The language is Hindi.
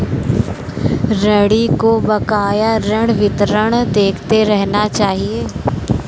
ऋणी को बकाया ऋण का विवरण देखते रहना चहिये